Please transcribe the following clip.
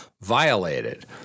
violated